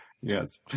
yes